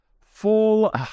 full